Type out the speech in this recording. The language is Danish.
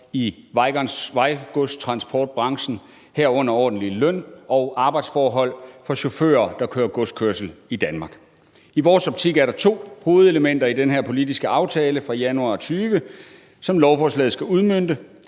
i vejgodstransportbranchen, herunder ordentlige løn- og arbejdsforhold for chauffører, der kører godskørsel i Danmark. I vores optik er der to hovedelementer i den her politiske aftale fra januar 2020, som lovforslaget skal udmønte: